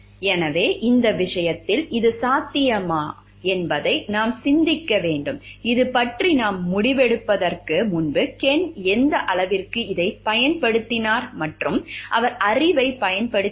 எனவே இந்த விஷயத்தில் இது சாத்தியமா என்பதை நாம் சிந்திக்க வேண்டும் இது பற்றி நாம் முடிவெடுப்பதற்கு முன்பு கென் எந்த அளவிற்கு இதைப் பயன்படுத்தினார் மற்றும் அவர் அறிவைப் பயன்படுத்தினார்